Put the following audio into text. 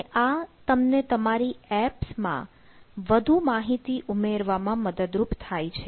અને આ તમને તમારી એપ્સ માં વધુ માહિતી ઉમેરવામાં મદદરૂપ થાય છે